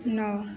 नौ